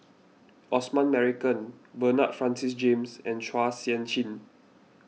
Osman Merican Bernard Francis James and Chua Sian Chin